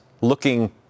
looking